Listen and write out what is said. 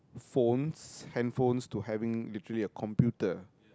phone handphones to having literally a computer